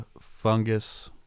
fungus